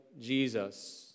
Jesus